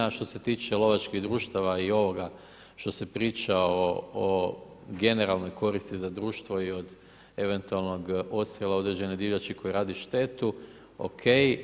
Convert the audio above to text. A što se tiče lovačkih društava i ovoga što se priča o generalnoj koristi za društvo i od eventualnog odstrjela određene divljači koja radi štetu ok.